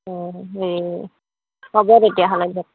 অঁ হেৰি হ'ব তেতিয়াহ'লে দিয়ক